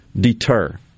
deter